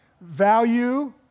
Value